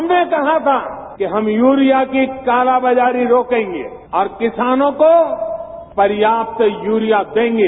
हमने कहा था कि हम यूरिया की काला बाजारी रोकेंगे और किसानों को पर्यात यूरिया देंगे